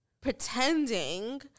pretending